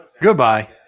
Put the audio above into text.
Goodbye